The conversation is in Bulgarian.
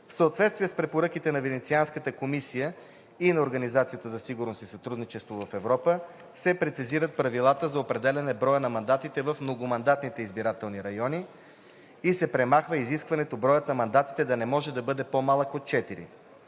В съответствие с препоръките на Венецианската комисия и на Организацията за сигурност и сътрудничество в Европа се прецизират правилата за определяне броя на мандатите в многомандатните изборни райони и се премахва изискването броят на мандатите да не може да бъде по-малък от 4,